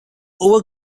over